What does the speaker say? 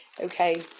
Okay